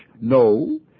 No